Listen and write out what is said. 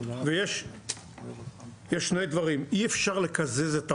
ויש שני דברים: אי אפשר לקזז את המע"מ,